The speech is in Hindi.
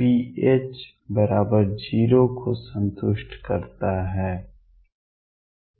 pH0 को संतुष्ट करता है